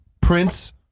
Prince